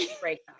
breakup